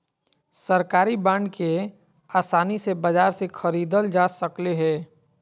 सरकारी बांड के आसानी से बाजार से ख़रीदल जा सकले हें